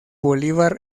bolívar